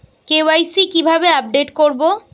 KYC কিভাবে update করব?